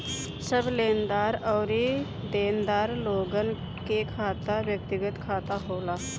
सब लेनदार अउरी देनदार लोगन के खाता व्यक्तिगत खाता होला